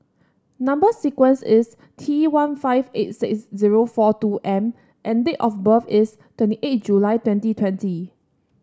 number sequence is T one five eight six zero four two M and date of birth is twenty eight July twenty twenty